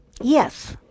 yes